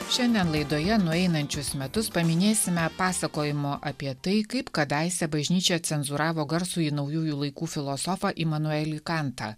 šiandien laidoje nueinančius metus paminėsime pasakojimu apie tai kaip kadaise bažnyčia cenzūravo garsųjį naujųjų laikų filosofą imanuelį kantą